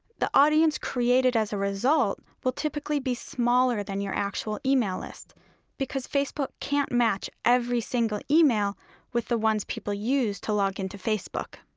the audience created as a result will typically be smaller than your actual email list because facebook can't match every single email with the ones that people use to log into facebook.